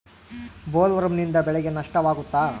ಬೊಲ್ವರ್ಮ್ನಿಂದ ಬೆಳೆಗೆ ನಷ್ಟವಾಗುತ್ತ?